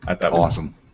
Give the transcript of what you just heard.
Awesome